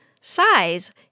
size